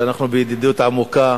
שאנחנו בידידות עמוקה,